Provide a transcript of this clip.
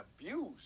abused